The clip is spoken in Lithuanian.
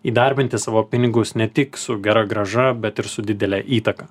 įdarbinti savo pinigus ne tik su gera grąža bet ir su didelę įtaką